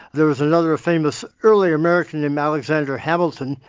there was another famous early american named alexander hamilton,